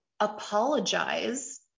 apologize